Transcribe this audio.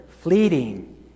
fleeting